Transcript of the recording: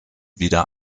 wieder